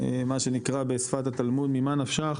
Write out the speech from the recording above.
מה שנקרא בשפת התלמוד ממה נפשך,